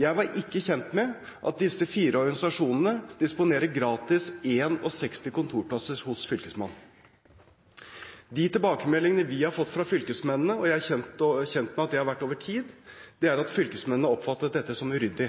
Jeg var ikke kjent med at disse fire organisasjonene disponerer 61 kontorplasser gratis hos Fylkesmannen. De tilbakemeldingene vi har fått fra fylkesmennene, og jeg er kjent med at det har vært over tid, er at fylkesmennene oppfattet dette som uryddig.